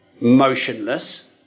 motionless